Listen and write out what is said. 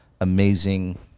amazing